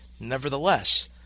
Nevertheless